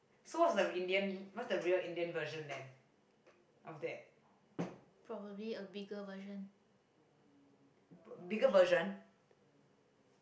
probably a bigger version